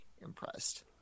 impressed